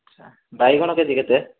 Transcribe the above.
ଆଚ୍ଛା ବାଇଗଣ K G କେତେ